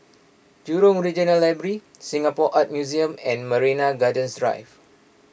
Jurong Regional Library Singapore Art Museum and Marina Gardens Drive